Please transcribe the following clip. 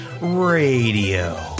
Radio